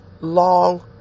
long